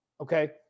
Okay